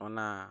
ᱚᱱᱟ